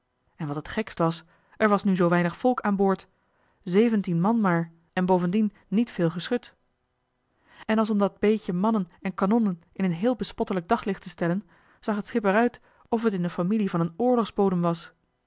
en wat het gekst was er was nu zoo weinig volk aan boord zeventien man maar en bovendien niet veel geschut joh h been paddeltje de scheepsjongen van michiel de ruijter en als om dat beetje mannen en kanonnen in een heel bespottelijk daglicht te stellen zag het schip er uit of het in de familie van een oorlogsbodem was